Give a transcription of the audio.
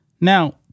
now